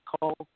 call